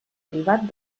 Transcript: privat